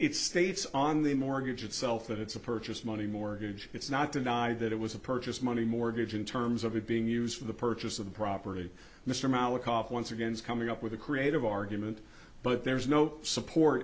it states on the mortgage itself that it's a purchase money mortgage it's not denied that it was a purchase money mortgage in terms of it being used for the purchase of the property mr malakoff once again is coming up with a creative argument but there's no support